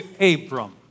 Abram